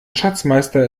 schatzmeister